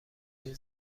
این